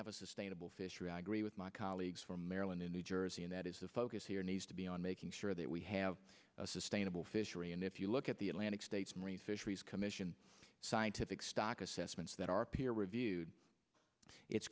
have a sustainable fishery i agree with my colleagues from marilyn in new jersey and that is the focus here needs to be on making sure that we have a sustainable fishery and if you look at the atlantic states marine fisheries commission scientific stock assessments that are peer reviewed it's